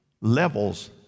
levels